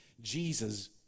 Jesus